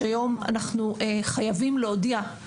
שהיום אנחנו חייבים להודיע,